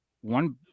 one